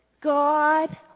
God